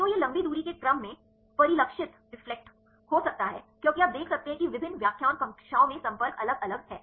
तो यह लंबी दूरी के क्रम में परिलक्षित हो सकता है क्योंकि आप देख सकते हैं कि विभिन्न व्याख्यान कक्षाओं में संपर्क अलग अलग हैं